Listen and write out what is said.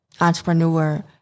entrepreneur